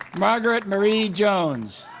margaret marie jones